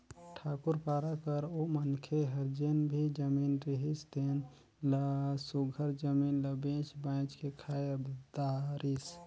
ठाकुर पारा कर ओ मनखे हर जेन भी जमीन रिहिस तेन ल सुग्घर जमीन ल बेंच बाएंच के खाए धारिस